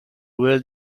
will